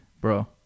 Bro